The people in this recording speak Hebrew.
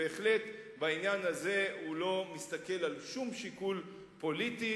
שבהחלט בעניין הזה הוא לא מסתכל על שום שיקול פוליטי.